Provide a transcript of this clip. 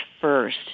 first